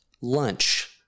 lunch